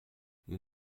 nous